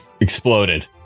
Exploded